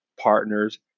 partners